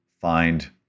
find